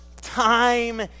time